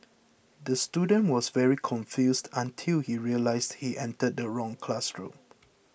the student was very confused until he realised he entered the wrong classroom